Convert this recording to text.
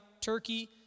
Turkey